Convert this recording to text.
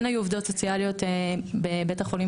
כן היו עובדות סוציאליות בבית החולים